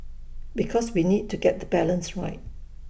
because we need to get the balance right